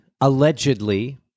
allegedly